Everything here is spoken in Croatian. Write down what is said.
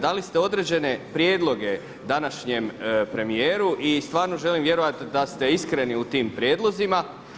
Dali ste određene prijedloge današnjem premijeru i stvarno želim vjerovati da ste iskreni u tim prijedlozima.